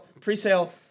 pre-sale